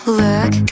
look